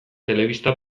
telebista